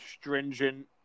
stringent